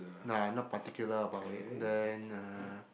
nah not particular about it then uh